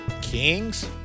kings